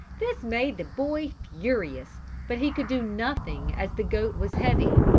this made the boy furious but he could do nothing as the goat was heavy,